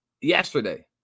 yesterday